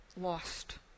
lost